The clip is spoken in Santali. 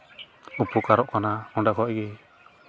ᱩᱯᱚᱠᱟᱨᱚᱜ ᱠᱟᱱᱟ ᱚᱸᱰᱮ ᱠᱷᱚᱡ ᱜᱮ